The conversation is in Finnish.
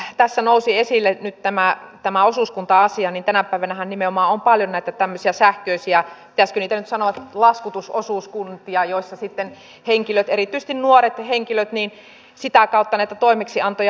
kun tässä nousi esille nyt tämä osuuskunta asia niin tänä päivänähän nimenomaan on paljon näitä tämmöisiä sähköisiä pitäisikö nyt sanoa laskutusosuuskuntia joissa sitten henkilöt erityisesti nuoret henkilöt sitä kautta näitä toimeksiantoja laskuttavat